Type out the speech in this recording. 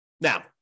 Now